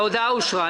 ההודעה אושרה.